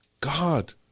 God